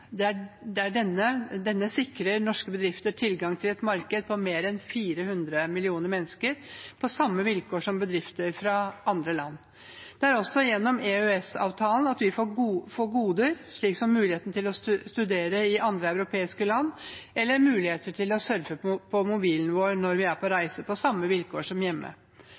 EU kommer gjennom EØS-avtalen. Denne sikrer norske bedrifter tilgang til et marked på mer enn 400 millioner mennesker på samme vilkår som bedrifter fra andre land. Det er også gjennom EØS-avtalen vi får goder, som muligheten til å studere i andre europeiske land eller til å surfe på mobilen når vi er på reise, på samme vilkår som hjemme.